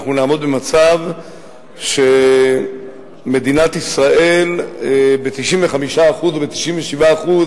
אנחנו נעמוד במצב שמדינת ישראל ב-95% או ב-97%,